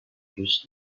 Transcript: plus